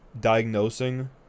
diagnosing